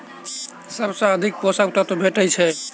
सबसँ अधिक पोसक तत्व भेटय छै?